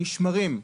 נשמרים.